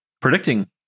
Predicting